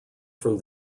from